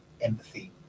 empathy